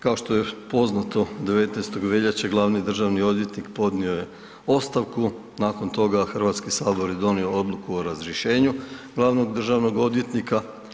Kao što je poznato 19.veljače glavni državni odvjetnik podnio je ostavku, nakon toga HS je donio odluku o razrješenju glavnog državnog odvjetnika.